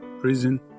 prison